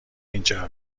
اینجا